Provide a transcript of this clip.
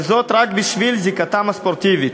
וזאת רק בשל זיקתם הספורטיבית,